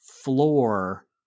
floor